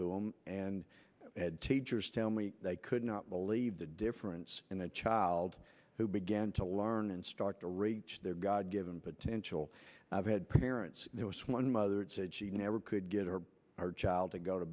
to him and had teachers tell me they could not believe the difference in a child who began to learn and start to reach their god given potential i've had parents there was one mother said she never could get her her child to go to